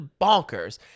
bonkers